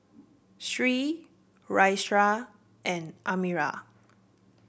Sri Raisya and Amirah